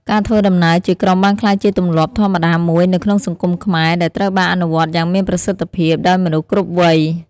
ការធ្វើដំណើរជាក្រុមបានក្លាយជាទម្លាប់ធម្មតាមួយនៅក្នុងសង្គមខ្មែរដែលត្រូវបានអនុវត្តយ៉ាងមានប្រសិទ្ធភាពដោយមនុស្សគ្រប់វ័យ។